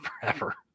forever